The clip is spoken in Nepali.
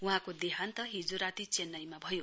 वहाँको देहान्त हिजो राती चेन्नाईमा भयो